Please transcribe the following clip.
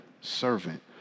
servant